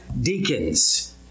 deacons